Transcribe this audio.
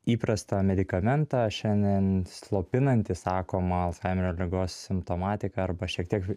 įprastą medikamentą šiandien slopinantį sakoma alzheimerio ligos simptomatiką arba šiek tiek